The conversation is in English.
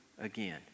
again